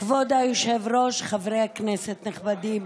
כבוד היושב-ראש, חברי כנסת נכבדים,